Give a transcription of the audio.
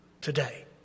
Today